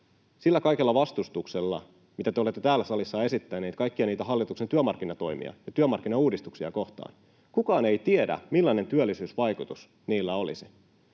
sillä kaikella vastustuksella, mitä te olette täällä salissa esittäneet kaikkia niitä hallituksen työmarkkinatoimia ja työmarkkinauudistuksia kohtaan. Kukaan ei tiedä, millainen työllisyysvaikutus niillä olisi.